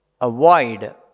avoid